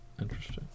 Interesting